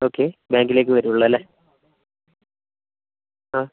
okay ബാങ്കിലേക്കെ വരുള്ളൂ അല്ലെ ആ